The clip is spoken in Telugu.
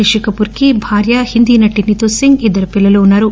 రిషి కపూర్ కి భార్య హిందీ నటి నీతూ సింగ్ ఇద్దరు పిల్లలు ఉన్నారు